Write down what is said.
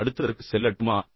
நான் அடுத்ததற்கு செல்லட்டுமா